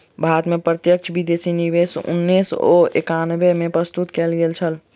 भारत में प्रत्यक्ष विदेशी निवेश उन्नैस सौ एकानबे में प्रस्तुत कयल गेल छल